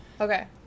Okay